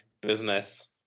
business